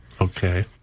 Okay